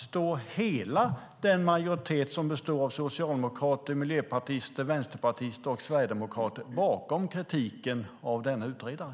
Står hela den majoritet som består av socialdemokrater, miljöpartister, vänsterpartister och sverigedemokrater bakom kritiken av denne utredare?